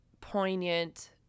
poignant